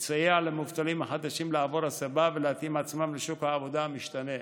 שתסייע למובטלים החדשים לעבור הסבה ולהתאים את עצמם לשוק העבודה המשתנה,